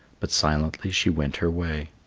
but silently she went her way.